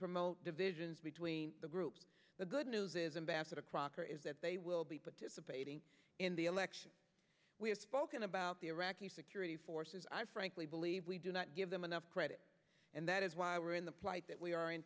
promote divisions between the groups the good news embassador crocker is that they will be participating in the election we have spoken about the iraqi security forces i frankly believe we do not give them enough credit and that is why we're in the plight that we are in